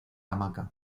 hamaca